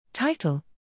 Title